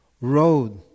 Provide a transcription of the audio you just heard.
road